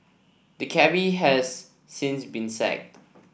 the cabby has since been sacked